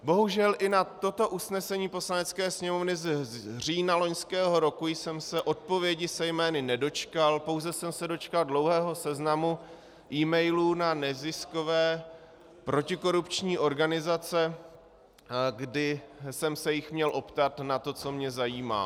Bohužel i na toto usnesení Poslanecké sněmovny z října loňského roku jsem se odpovědi se jmény nedočkal, pouze jsem se dočkal dlouhého seznamu emailů na neziskové protikorupční organizace, kdy jsem se jich měl optat na to, co mě zajímá.